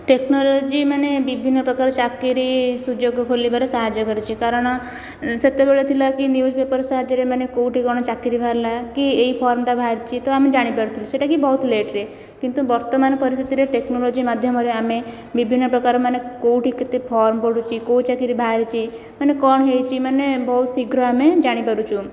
technology ବିଭିନ୍ନ ପ୍ରକାର ଚାକିରୀ ସୁଯୋଗ ଖୋଲିବାରେ ସାହାଯ୍ୟ କରିଛି କାରଣ ସେତେବେଳେ ଥିଲା କି ନିୟୁଜ ପେପର ସାହାଯ୍ୟରେ ମାନେ କେଉଁଠି କଣ ଚାକିରୀ ବାହାରିଲା କି ଏହି ଫର୍ମଟା ବାହାରିଛି ତ ଆମେ ଜାଣି ପାରୁଥିଲୁ ସେଇଟା ବି ବହୁତ ଲେଟ୍ରେ କିନ୍ତୁ ବର୍ତ୍ତମାନ ପରିସ୍ଥିତିରେ ଟେକ୍ନୋଲୋଜି ମାଧ୍ୟମରେ ଆମେ ବିଭିନ୍ନ ପ୍ରକାର କେଉଁଠି କେତେ ଫର୍ମ ପଡ଼ୁଛି କେଉଁ ଚାକିରୀ ବାହାରିଛି କ'ଣ ହେଇଛି ବହୁତ ଶୀଘ୍ର ଆମେ ଜାଣି ପାରୁଛୁ